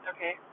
Okay